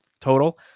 total